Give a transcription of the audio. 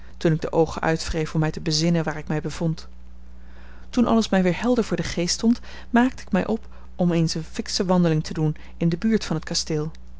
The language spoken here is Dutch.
toen ik de oogen uitwreef om mij te bezinnen waar ik mij bevond toen alles mij weer helder voor den geest stond maakte ik mij op om eens eene fiksche wandeling te doen in de buurt van het kasteel